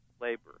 labor